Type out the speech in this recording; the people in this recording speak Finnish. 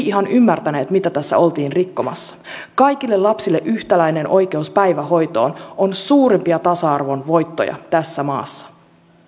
ihan ymmärtäneet mitä tässä oltiin rikkomassa kaikille lapsille yhtäläinen oikeus päivähoitoon on suurimpia tasa arvon voittoja tässä maassa